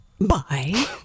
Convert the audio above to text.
Bye